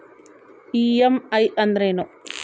EMI ಅಂದ್ರೇನು?